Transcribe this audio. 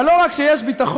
אבל לא רק שיש ביטחון,